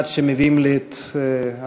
עד שיביאו לי את הרשימה.